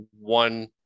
one